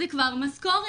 זו כבר משכורת.